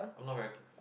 I'm not very close